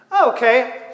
Okay